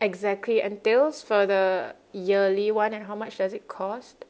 exactly entails for the yearly one and how much does it cost